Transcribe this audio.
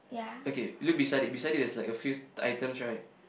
okay look beside it beside it has like a few items right